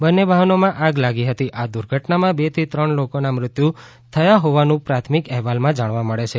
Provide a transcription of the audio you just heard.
બંને વાહનોમાં આગ લાગી હતી આ દુર્ધટનામાં બે થી ત્રણ લોકોના મૃત્યુ થયા હોવાનું પ્રાથમિક અહેવાલમાં જાણવા મળે છે